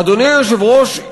אדוני היושב-ראש,